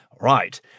right